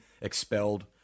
expelled